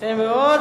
יפה מאוד.